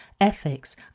ethics